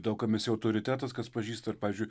daug kam esi autoritetas kas pažįsta ir pavyzdžiui